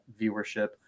viewership